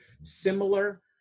similar